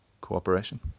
cooperation